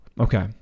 Okay